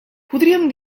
podríem